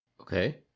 Okay